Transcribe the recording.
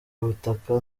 butaka